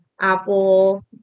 apple